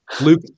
Luke